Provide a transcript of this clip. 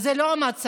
אז זה לא המצב.